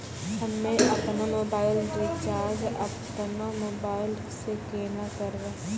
हम्मे आपनौ mobile recharge आपनौ मोबाइल से केना करवै?